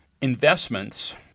investments